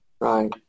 Right